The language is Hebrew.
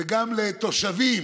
וגם לתושבים,